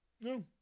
No